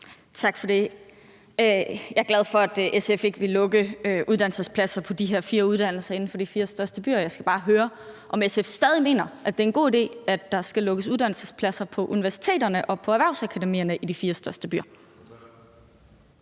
Tak for det. Jeg er glad for, at SF ikke vil lukke uddannelsespladser på de her fire uddannelser i de fire største byer. Jeg skal bare høre, om SF stadig mener, at det er en god idé, at der skal lukkes uddannelsespladser på universiteterne og på erhvervsakademierne i de fire største byer.